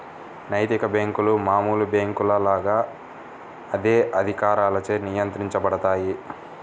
నైతిక బ్యేంకులు మామూలు బ్యేంకుల లాగా అదే అధికారులచే నియంత్రించబడతాయి